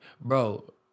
bro